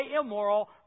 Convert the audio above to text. immoral